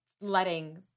letting